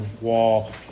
wall